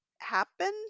happen